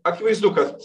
akivaizdu kad